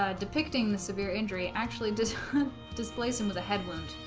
ah depicting the severe injury actually doesn't displace him with a head wound